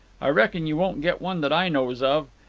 i reckon you won't get one that i knows of.